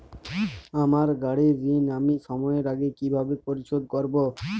আমার গাড়ির ঋণ আমি সময়ের আগে কিভাবে পরিশোধ করবো?